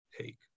take